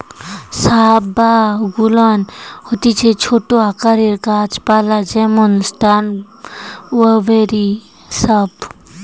shrub বা গুল্ম হতিছে ছোট আকারের গাছ পালা যেমন স্ট্রওবেরি শ্রাব